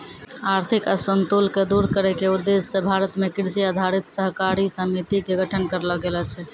आर्थिक असंतुल क दूर करै के उद्देश्य स भारत मॅ कृषि आधारित सहकारी समिति के गठन करलो गेलो छै